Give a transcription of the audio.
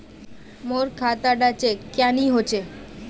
मोर खाता डा चेक क्यानी होचए?